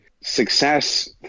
success